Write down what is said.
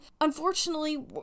unfortunately